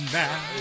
now